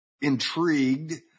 intrigued